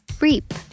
Reap